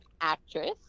actress